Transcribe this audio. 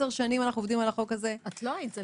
לא היית.